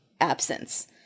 absence